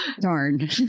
darn